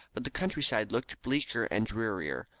but the countryside looked bleaker and drearier,